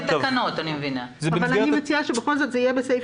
אנחנו מוסיפים את שר האוצר גם,